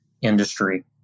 industry